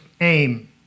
aim